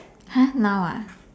!huh! now ah